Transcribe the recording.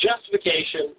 justification